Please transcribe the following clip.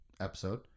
episode